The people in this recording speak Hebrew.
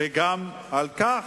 וגם את זה